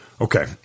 Okay